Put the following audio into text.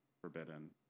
forbidden